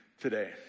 today